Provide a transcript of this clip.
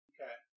Okay